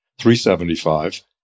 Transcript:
375